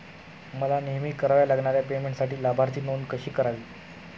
मला नेहमी कराव्या लागणाऱ्या पेमेंटसाठी लाभार्थी नोंद कशी करावी?